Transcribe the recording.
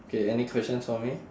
K any questions for me